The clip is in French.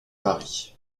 paris